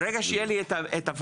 ברגע שתהיה לי הוועדה,